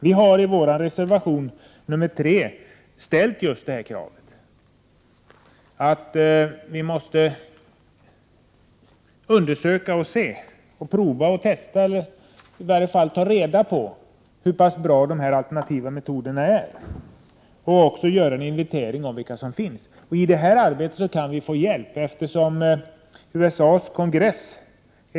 Vi har i vår reservation nr 3 ställt kravet att vi skall ta reda på hur pass bra de alternativa metoderna är och också göra en inventering av vilka metoder som finns. I detta arbete kan vi få hjälp, eftersom ett till USA:s kongress Prot.